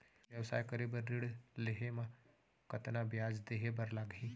व्यवसाय करे बर ऋण लेहे म कतना ब्याज देहे बर लागही?